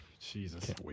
Jesus